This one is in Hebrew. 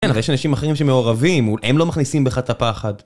כן, אבל יש אנשים אחרים שמעורבים, הם לא מכניסים בך את הפחד.